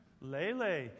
Lele